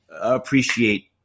appreciate